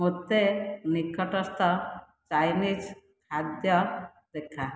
ମୋତେ ନିକଟସ୍ଥ ଚାଇନିଜ୍ ଖାଦ୍ୟ ଦେଖା